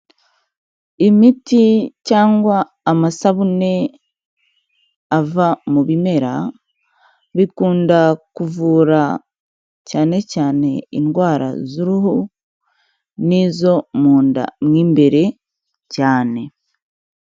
Imiti cyangwa amasabune ava mu bimera bikunda kuvura cyane cyane indwara z'uruhu n'izo mu nda mo imbere cyane.